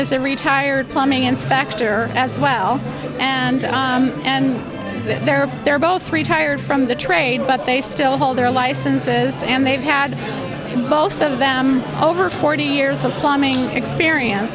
is a retired plumbing inspector as well and and they're they're both retired from the trade but they still hold their licenses and they've had both of them over forty years of plumbing experience